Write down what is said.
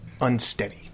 unsteady